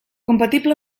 compatible